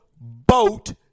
boat